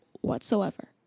whatsoever